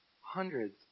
hundreds